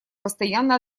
постоянно